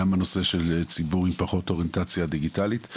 גם בנושא של ציבור עם פחות אוריינטציה דיגיטלית,